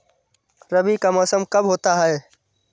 रबी का मौसम कब होता हैं?